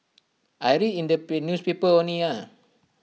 I read in the newspaper only ah